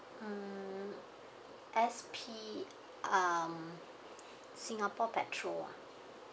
hmm S_P um singapore petrol ah